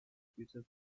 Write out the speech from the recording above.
pieces